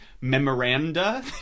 memoranda